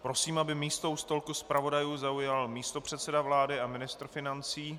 Prosím, aby místo u stolku zpravodajů zaujal místopředseda vlády a ministr financí...